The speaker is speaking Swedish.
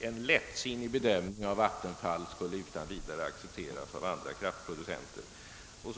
en lättsinnig bedömning inom Vattenfall utan vidare skulle accepteras av dessa.